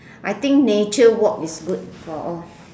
I think nature walk is good for all